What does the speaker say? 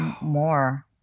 more